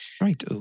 Right